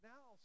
Now